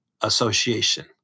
association